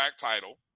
title